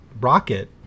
rocket